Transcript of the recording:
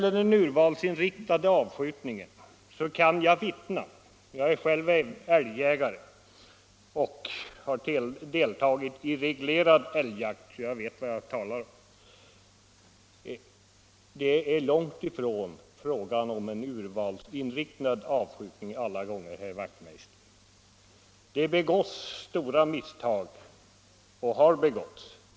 Eftersom jag själv är älgjägare och har deltagit i reglerad älgjakt så vet jag vad jag talar om när jag säger, att det långt ifrån är fråga om en urvalsinriktad avskjutning alla gånger, herr Wachtmeister. Det begås och har begåtts stora misstag.